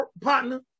partner